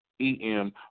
EM